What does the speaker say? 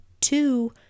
two